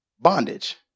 bondage